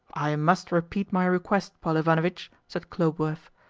i must repeat my request, paul ivanovitch, said khlobuev,